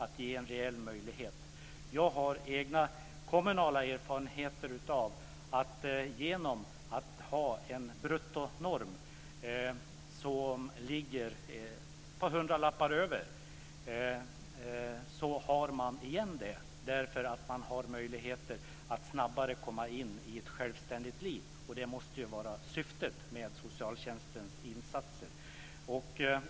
Jag har egna kommunala erfarenheter av att om man har en bruttonorm som ligger ett par hundralappar högre så har man igen det, därför att man då har möjlighet att snabbare få in människor i ett självständigt liv. Det måste ju vara syftet med socialtjänstens insatser.